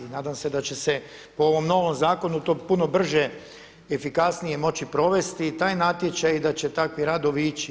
I nadam se da će se po ovom novom zakonu to puno brže i efikasnije moći provesti i taj natječaj i da će takvi radovi ići.